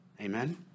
Amen